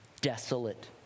desolate